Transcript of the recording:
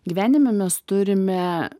gyvenime mes turime